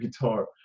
guitar